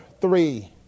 three